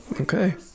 Okay